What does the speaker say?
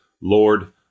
Lord